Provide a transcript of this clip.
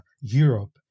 Europe